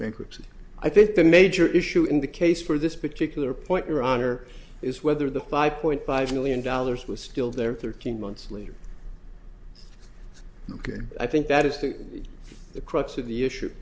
bankruptcy i think the major issue in the case for this particular point your honor is whether the five point five million dollars was still there thirteen months later ok i think that is to the crux of the issue